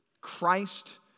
Christ